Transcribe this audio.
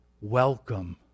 welcome